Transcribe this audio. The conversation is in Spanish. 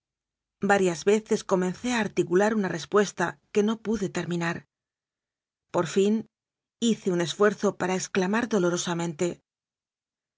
varias veces comencé a articular una res puesta que no pude terminar por fin hice un es fuerzo para exclamar dolorosamente